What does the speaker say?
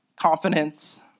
confidence